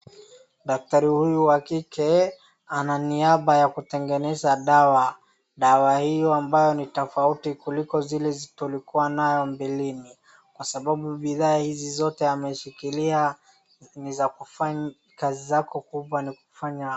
Daktari huyu wakike ananiamba ya kutengeneza dawa. Dawa hiyo ambayo ni tofauti kuliko zile tulikua nayo mbeleni kwa sababu bidhaa hizi zote ameshikilia kazi zako kubwa ni kufanya.